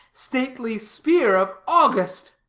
stately spear of august.